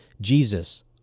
Jesus